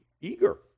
eager